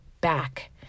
back